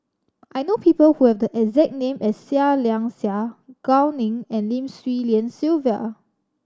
I know people who have the exact name as Seah Liang Seah Gao Ning and Lim Swee Lian Sylvia